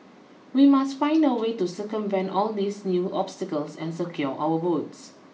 we must find a way to circumvent all these new obstacles and secure our votes